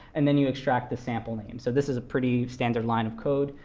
and then you extract the sample name. so this is a pretty standard line of code.